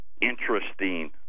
interesting